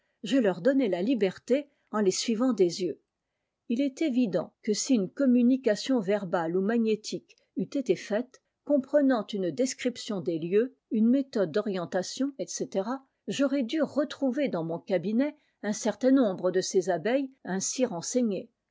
je leur donnais la liberté en les suivant des yeux il est évident que si une communication verbale ou magnétique eût été faite comprenant une description des lieux une méthode d'orientation etc j'aurais dû retrouver dans mon cabinet un certain nombre de ces abeilles ainsi renseignées